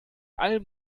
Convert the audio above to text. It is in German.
allem